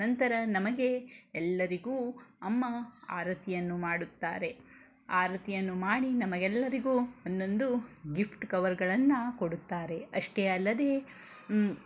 ನಂತರ ನಮಗೆ ಎಲ್ಲರಿಗೂ ಅಮ್ಮ ಆರತಿಯನ್ನು ಮಾಡುತ್ತಾರೆ ಆರತಿಯನ್ನು ಮಾಡಿ ನಮಗೆಲ್ಲರಿಗೂ ಒಂದೊಂದು ಗಿಫ್ಟ್ ಕವರ್ಗಳನ್ನು ಕೊಡುತ್ತಾರೆ ಅಷ್ಟೇ ಅಲ್ಲದೆ